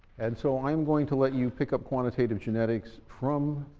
and so i'm going to let you pick up quantitative genetics from